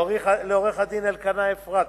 לעורך-הדין אלקנה אפרתי,